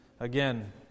Again